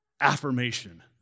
affirmation